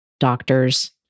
Doctors